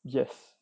yes